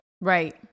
Right